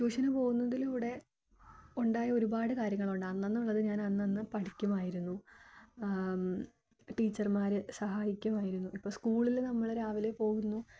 ട്യൂഷനു പോകുന്നതിലൂടെ ഉണ്ടായ ഒരുപാട് കാര്യങ്ങൾ ഉണ്ട് അന്നന്നുള്ളത് ഞാൻ അന്നന്ന് പഠിക്കുമായിരുന്നു ടീച്ചർമാരെ സഹായിക്കുമായിരുന്നു ഇപ്പോൾ സ്കൂളിൽ നമ്മൾ രാവിലെ പോകുന്നു